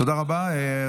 תודה רבה.